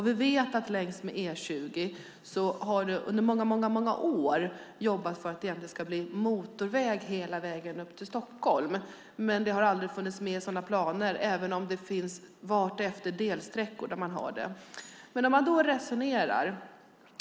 Vi vet att man under många år har jobbat för att E20 ska bli motorväg ända upp till Stockholm. Det har aldrig funnits med i sådana planer, även om det finns delsträckor med motorväg.